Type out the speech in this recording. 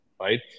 right